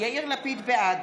בעד